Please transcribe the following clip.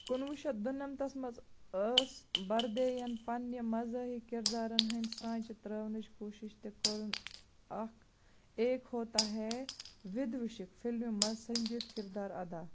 کُنوُہ شیٚتھ دُنَمتھَس منٛز ٲس برٛدے یَن پنٕنہِ مزاحیہِ کِردارَن ہٕنٛدۍ سانٛچہٕ ترٛاونٕچ کوٗشش تہٕ کوٚرُن اَکھ ایک ہوتا ہے وِدوشک فِلمہِ منٛز سٔنجیٖدٕ کِردار اَدا